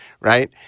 Right